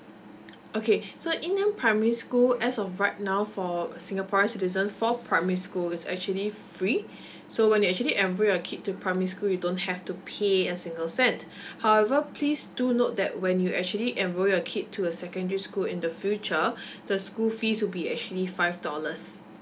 okay so you know primary school as of right now for a singaporean citizens for primary school is actually free so when they actually enroll your kid to primary school you don't have to pay a single cent however please do note that when you actually enroll your kid to a secondary school in the future the school fees will be actually five dollars